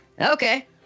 okay